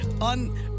on